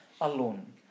alone